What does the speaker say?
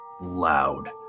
loud